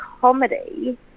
comedy